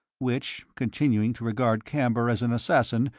which, continuing to regard camber as an assassin,